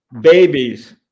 babies